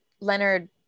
Leonard